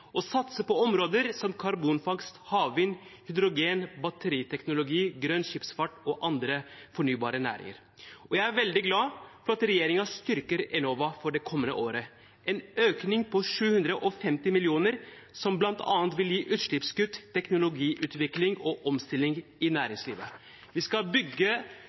satse på områder som karbonfangst, havvind, hydrogen, batteriteknologi, grønn skipsfart og andre fornybare næringer. Jeg er veldig glad for at regjeringen styrker Enova det kommende året. Det er en økning på 750 mill. kr, som bl.a. vil gi utslippskutt, teknologiutvikling og omstilling i næringslivet. Vi skal bygge